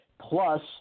Plus